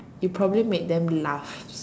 you probably made them laughs